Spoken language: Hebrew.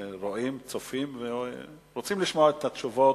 שרואים וצופים ורוצים לשמוע את התשובות,